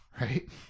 Right